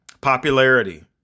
Popularity